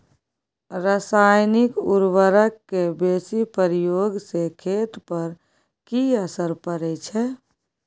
रसायनिक उर्वरक के बेसी प्रयोग से खेत पर की असर परै छै?